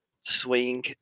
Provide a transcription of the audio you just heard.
swing